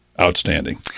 outstanding